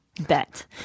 Bet